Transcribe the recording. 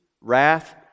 wrath